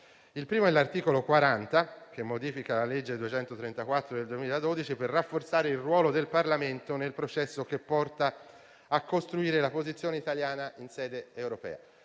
Il primo è l'articolo 40, che modifica la legge n. 234 del 2012, per rafforzare il ruolo del Parlamento nel processo che porta a costruire la posizione italiana in sede europea.